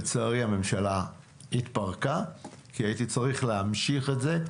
לצערי הממשלה התפרקה, כי הייתי צריך להמשיך את זה.